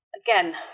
Again